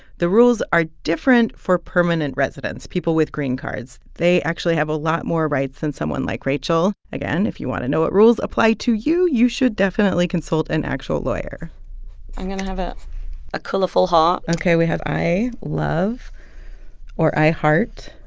the rules are different for permanent residents. people with green cards they actually have a lot more rights than someone like rachel. again, if you want to know what rules apply to you, you should definitely consult an actual lawyer i'm going to have ah a colorful heart ok, we have i love or i heart,